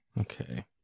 Okay